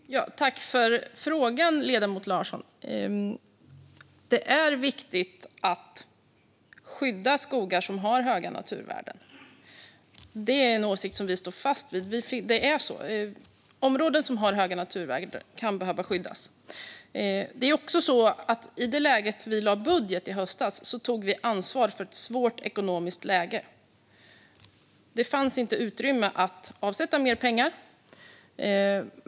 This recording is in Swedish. Herr talman! Tack för frågan, ledamoten Larsson! Det är viktigt att skydda skogar som har höga naturvärden. Det är en åsikt som vi står fast vid. Områden som har höga naturvärden kan behöva skyddas. I det läget vi lade fram budgeten i höstas tog vi ansvar för ett svårt ekonomiskt läge. Det fanns inte utrymme att avsätta mer pengar.